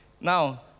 Now